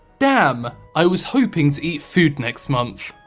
damn, i was hoping to eat food next month.